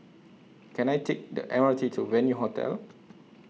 Can I Take The M R T to Venue Hotel